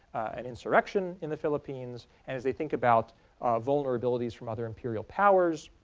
an insurrection in the philippines. as they think about vulnerabilities from other imperial powers